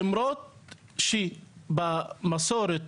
למרות שבמסורת,